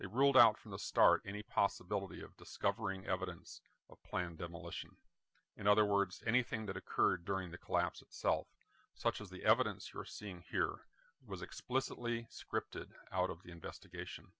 they ruled out from the start any possibility of discovering evidence of planned demolition in other words anything that occurred during the collapse itself such as the evidence you're seeing here was explicitly scripted out of the investigation